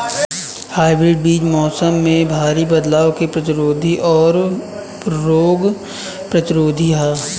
hybrid बीज मौसम में भारी बदलाव के प्रतिरोधी और रोग प्रतिरोधी ह